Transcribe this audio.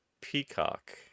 peacock